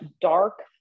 dark